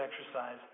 exercise